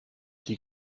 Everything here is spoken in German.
die